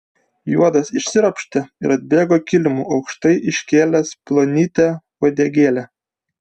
juodas išsiropštė ir atbėgo kilimu aukštai iškėlęs plonytę uodegėlę